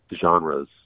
genres